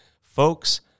Folks